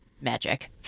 magic